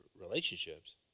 relationships